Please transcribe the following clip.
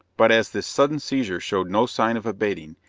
but as this sudden seizure showed no sign of abating,